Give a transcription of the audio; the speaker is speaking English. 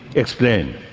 explain.